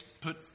put